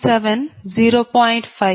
5 0